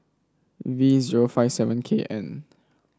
V zero five seven K N